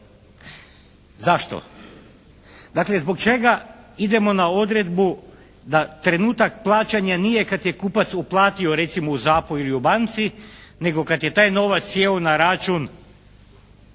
Zašto? Dakle, zbog čega idemo na odredbu da trenutak plaćanja nije kad je kupac uplatio recimo u ZAP-u ili u banci nego kad je taj novac sjeo na račun